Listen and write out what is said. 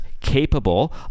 capable